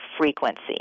frequency